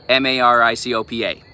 MARICOPA